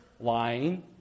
Lying